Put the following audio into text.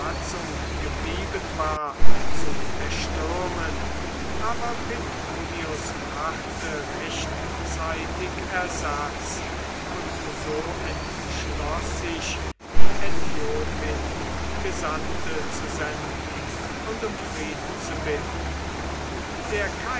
geblieben war zu erstürmen aber petronius brachte rechtzeitig ersatz und so entschloß sich die äthiopin gesandte zu senden und um frieden zu bitten der